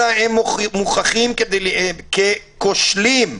אלא הן מוכחות ככושלות.